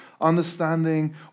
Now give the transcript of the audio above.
understanding